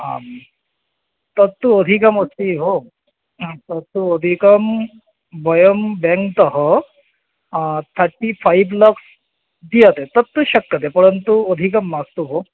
आं तत्तु अधिकमस्ति भोः आं तत्तु अधिकं वयं बेङ्क्तः थट्टि फ़ै लाक्स् दीयते तत्तु शक्यते परन्तु अधिकं मास्तु भोः